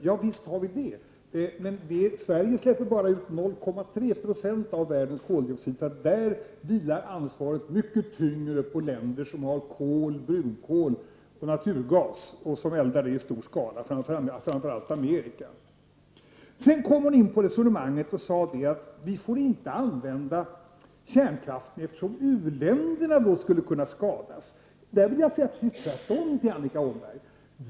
Ja visst har vi ett sådant ansvar. Men Sverige släpper ut bara 0,3 % av världens koldioxider. Ansvaret vilar därför mycket tyngre på länder som använder kol, brunkol och naturgas och som eldar dessa i stor skala, framför allt Amerika. Sedan kom Annika Åhnberg in på resonemanget om att vi inte får använda kärnkraften eftersom uländerna då skulle kunna skadas. Jag vill säga precis tvärtom till henne.